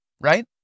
Right